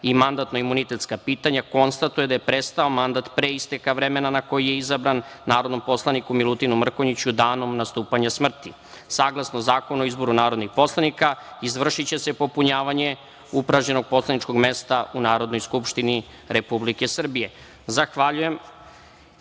i mandatno-imunitetska pitanja, konstatuje da je prestao mandat, pre isteka vremena na koje je izabran, narodnom poslaniku Milutinu Mrkonjiću, danom nastupanja smrti. Saglasno Zakonu o izboru narodnih poslanika, izvršiće se popunjavanje upražnjenog poslaničkog mesta u Narodnoj skupštini Republike